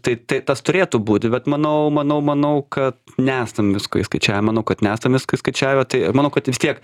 tai tai tas turėtų būti bet manau manau manau kad nesam visko įskaičiavę manau kad nesam visko įskaičiavę tai manau kad vis tiek